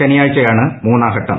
ശനിയാഴ്ചയാണ് മൂന്നാംഘട്ടം